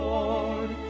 Lord